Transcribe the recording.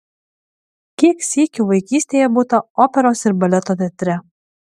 kiek sykių vaikystėje būta operos ir baleto teatre